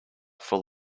full